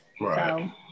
Right